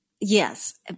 Yes